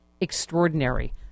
extraordinary